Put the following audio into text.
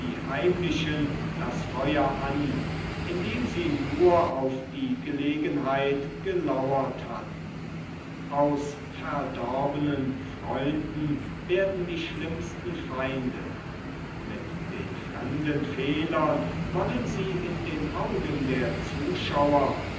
heimlichen das feuer an indem sie nur auf die gelegenheit gelauert hatten aus verdorbenen freunden werden die schlimmsten feinde mit den fremden fehlern wollen sie in den augen der zuschauer